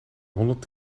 honderd